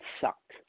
sucked